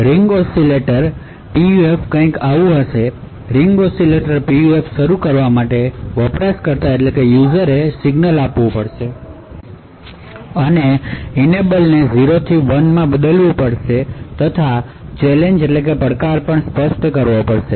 ring oscillator PUF કંઇક આવું છે રીંગ ઓસિલેટર PUF શરૂ કરવા માટે યુઝરએ આવશ્યક સિગ્નલ આપવું પડશે ઈનેબલેને 0 થી 1 માં બદલવું પડશે અને ચેલેંજ પણ સ્પષ્ટ કરવો પડશે